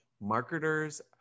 marketers